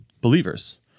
believers